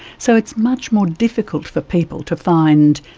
so it's much more difficult for people to find,